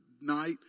night